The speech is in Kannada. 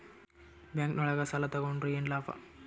ಬ್ಯಾಂಕ್ ನೊಳಗ ಸಾಲ ತಗೊಂಡ್ರ ಏನು ಲಾಭ?